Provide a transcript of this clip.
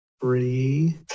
three